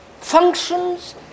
functions